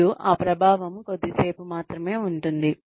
మరియు ఆ ప్రభావం కొద్దిసేపు మాత్రమే ఉంటుంది